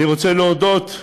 אני רוצה להודות.